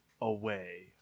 Away